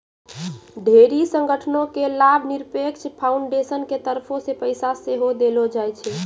ढेरी संगठनो के लाभनिरपेक्ष फाउन्डेसन के तरफो से पैसा सेहो देलो जाय छै